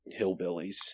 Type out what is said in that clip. hillbillies